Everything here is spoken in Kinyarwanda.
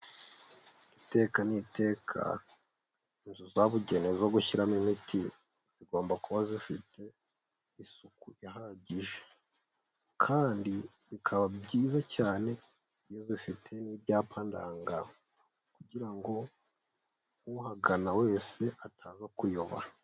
Iteka n'iteka inzu zabugenewe zo gushyiramo imiti, zigomba kuba zifite isuku ihagije kandi bikaba byiza cyane iyo zifite n'ibyapa ndanga kugira ngo uhagana wese ataza kuyoba.